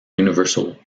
universal